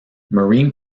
marine